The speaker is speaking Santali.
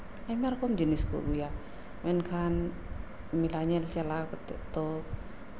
ᱟᱭᱢᱟ ᱨᱚᱠᱚᱢ ᱡᱤᱱᱤᱥ ᱠᱚ ᱟᱹᱜᱩᱭᱟ ᱢᱮᱱᱠᱷᱟᱱ ᱢᱮᱞᱟ ᱧᱮᱞ ᱪᱟᱞᱟᱣ ᱠᱟᱛᱮᱜ ᱛᱚ